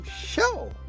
Show